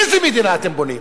איזה מדינה אתם בונים?